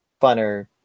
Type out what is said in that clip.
funner